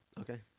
Okay